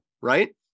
right